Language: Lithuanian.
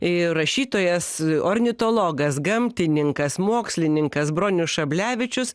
ir rašytojas ornitologas gamtininkas mokslininkas bronius šablevičius